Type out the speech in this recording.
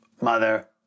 Mother